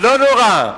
לא נורא,